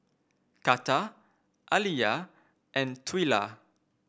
Karter Aliyah and Twila